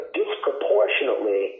disproportionately